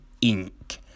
ink